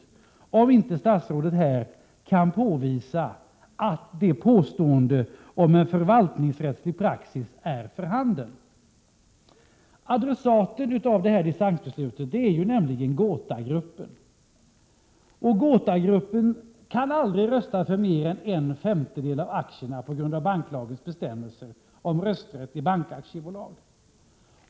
Eller kan statsrådet påvisa att en förvaltningsrättslig praxis är för handen? Adressaten när det gäller dispensbeslutet är nämligen GotaGruppen, som på grund av banklagens bestämmelser om rösträtt i bankaktiebolag aldrig kan rösta för mer än en femtedel av aktierna.